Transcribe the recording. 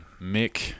Mick